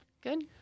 Good